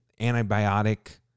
antibiotic